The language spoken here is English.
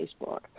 Facebook